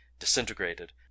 disintegrated